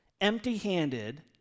empty-handed